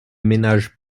ménage